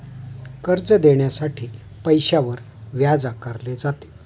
कर्ज देण्यासाठी पैशावर व्याज आकारले जाते